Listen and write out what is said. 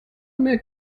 mehr